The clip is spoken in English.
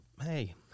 hey